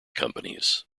companies